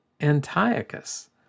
Antiochus